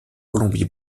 colombie